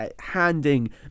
handing